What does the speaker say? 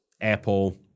Apple